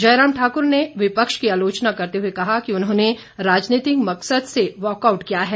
जयराम ठाकुर ने विपक्ष की आलोचना करते हुए कहा कि उन्होंने राजनीतिक मकसद से वॉकआउट किया है